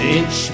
Inch